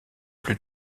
plus